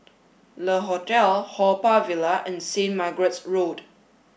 Le Hotel Haw Par Villa and St Margaret's Road